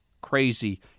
crazy